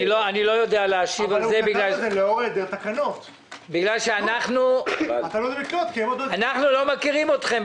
לא יודע להשיב על זה בגלל שאנחנו לא מכירים אתכם,